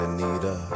Anita